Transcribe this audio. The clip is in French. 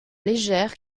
légère